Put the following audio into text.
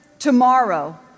Tomorrow